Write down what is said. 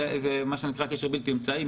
כן, מה שנקרא קשר בלתי אמצעי.